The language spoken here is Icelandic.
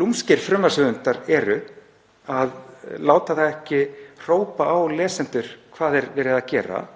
lúmskir frumvarpshöfundar eru að láta það ekki hrópa á lesendur hvað er verið að gera.